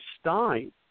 Stein